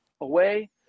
away